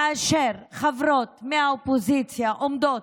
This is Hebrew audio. כאשר חברות מהאופוזיציה עומדות,